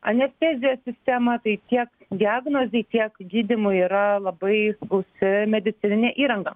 anestezijos sistemą tai tiek diagnozei tiek gydymui yra labai užsi medicininė įranga